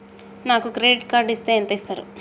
నాకు credit card ఇస్తే ఎంత ఇస్తరు?